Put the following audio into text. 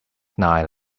nine